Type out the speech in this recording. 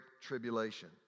Tribulation